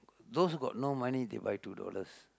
those got no money they buy two dollars